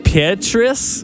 Petrus